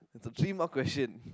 so three more question